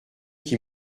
qui